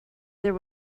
there